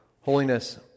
Holiness